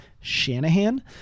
Shanahan